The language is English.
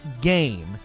game